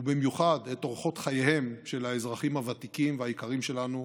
ובמיוחד את אורחות חייהם של האזרחים הוותיקים והיקרים שלנו,